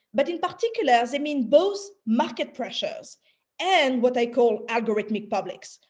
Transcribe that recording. but in particular, they mean both market pressures and what i call algorithmic publics,